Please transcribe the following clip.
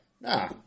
nah